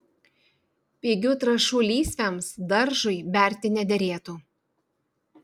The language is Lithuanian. pigių trąšų lysvėms daržui berti nederėtų